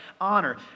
honor